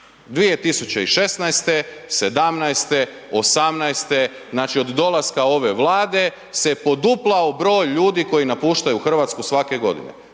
2016., '17., '18., znači od dolaska ove Vlade se poduplao broj ljudi koji napuštaju RH svake godine